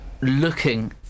looking